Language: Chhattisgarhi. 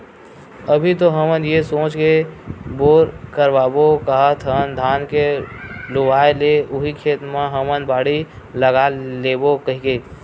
अभी तो हमन ये सोच के बोर करवाबो काहत हन धान के लुवाय ले उही खेत म हमन बाड़ी लगा लेबो कहिके